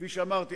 כפי שאמרתי,